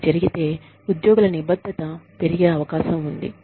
అది జరిగితే ఉద్యోగుల నిబద్ధత పెరిగే అవకాశం ఉంది